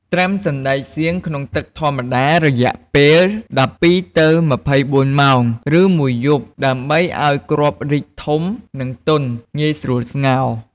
ត្រាំសណ្ដែកសៀងក្នុងទឹកធម្មតារយៈពេល ១២ ទៅ ២៤ ម៉ោង ឬមួយយប់ ដើម្បីឱ្យគ្រាប់រីកធំ និងទន់ងាយស្រួលស្ងោរ។